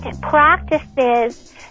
practices